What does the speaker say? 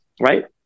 Right